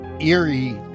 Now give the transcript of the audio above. eerie